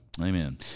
Amen